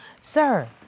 Sir